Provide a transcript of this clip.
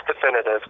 definitive